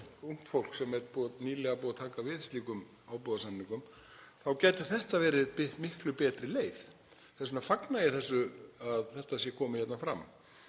ungt fólk sem er nýlega búið að taka við slíkum ábúðarsamningum, þá gæti þetta verið miklu betri leið. Þess vegna fagna ég því að þetta sé komið fram.